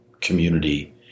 community